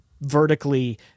vertically